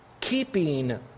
keeping